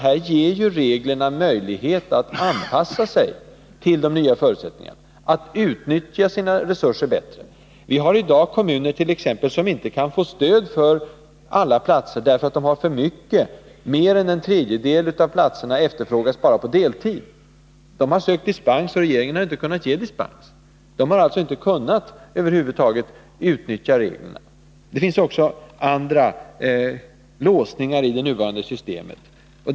Här ger ju reglerna möjlighet att anpassa sig till de nya förutsättningarna, att utnyttja sina resurser bättre. Vi har i dag kommuner som t.ex. inte kan få stöd för alla platser, därför att mer än en tredjedel av platserna efterfrågas bara på deltid. Kommunerna har sökt dispens, men regeringen har inte kunnat ge någon. Därför har reglerna över huvud taget inte kunnat utnyttjas. Det finns också andra låsningar i det nuvarande systemet.